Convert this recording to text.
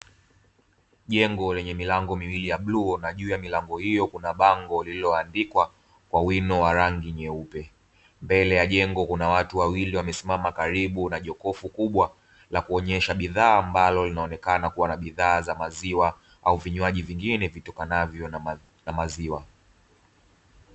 Jengo lenye milango miwili ya blue na juu ya milango hiyo kuna bango lililoandikwa kwa wino wa rangi nyeupe, mbele ya jengo kuna watu wawili wamesimama karibu na jokofu kubwa la kuonyesha bidhaa ambalo linaonekana kuwa na bidhaa za maziwa au vinywaji vingine vitokanavyo na maziwa.